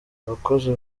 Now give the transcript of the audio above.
abakozi